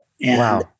Wow